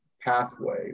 pathway